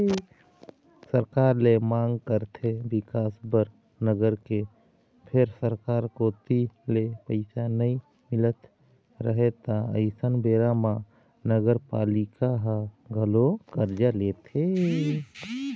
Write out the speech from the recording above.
सरकार ले मांग करथे बिकास बर नगर के फेर सरकार कोती ले पइसा नइ मिलत रहय त अइसन बेरा म नगरपालिका ह घलोक करजा लेथे